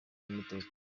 z’umutekano